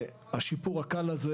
השיפור הקל הזה,